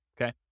okay